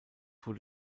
wurde